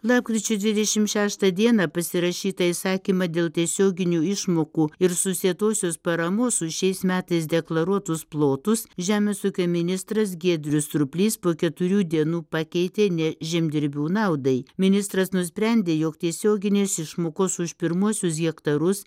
lapkričio dvidešimt šeštą dieną pasirašytą įsakymą dėl tiesioginių išmokų ir susietosios paramos už šiais metais deklaruotus plotus žemės ūkio ministras giedrius surplys po keturių dienų pakeitė ne žemdirbių naudai ministras nusprendė jog tiesioginės išmokos už pirmuosius hektarus